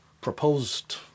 proposed